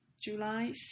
July